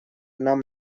нам